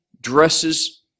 dresses